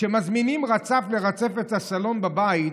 כשמזמינים רצף לרצף את הסלון בבית,